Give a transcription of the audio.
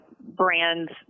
brands